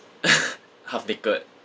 half naked